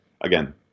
Again